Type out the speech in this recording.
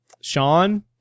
Sean